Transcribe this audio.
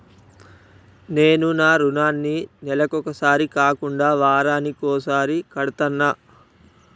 నేను నా రుణాన్ని నెలకొకసారి కాకుండా వారానికోసారి కడ్తన్నా